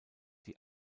die